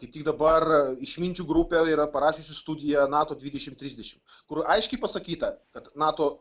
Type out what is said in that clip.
kaip tik dabar išminčių grupė yra parašiusi studiją nato dvidešimt trisdešimt kur aiškiai pasakyta kad nato